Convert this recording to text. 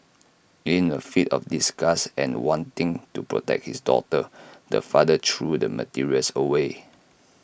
in A fit of disgust and wanting to protect his daughter the father threw the materials away